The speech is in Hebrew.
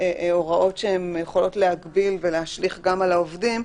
שהוראות שיכולות להגביל ולהשליך גם על העובדים,